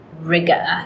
rigor